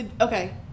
okay